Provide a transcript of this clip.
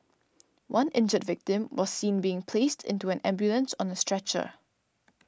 one injured victim was seen being placed into an ambulance on a stretcher